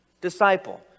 Disciple